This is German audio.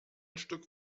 stück